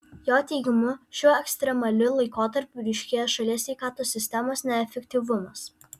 jo teigimu šiuo ekstremaliu laikotarpiu ryškėja šalies sveikatos sistemos neefektyvumas